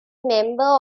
member